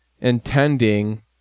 intending